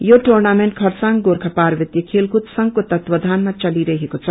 यो र्जुनामेन्ट खरसाङ गोर्खा पार्वतीय खेलकुद संक्को तत्वावधानमा चलिरहेको छ